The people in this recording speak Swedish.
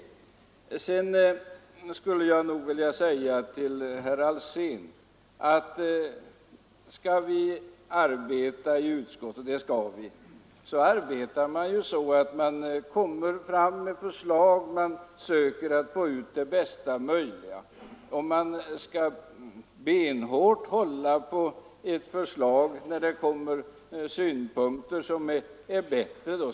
Till herr Alsén skulle jag vilja säga att vi i utskottet bör arbeta på det sättet att när det läggs fram förslag från olika håll skall vi sedan försöka komma fram till det bästa möjliga. Inte skall man väl benhårt hålla på ett förslag om det kommer fram någonting bättre.